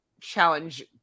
challenge